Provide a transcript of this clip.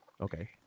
Okay